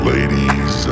Ladies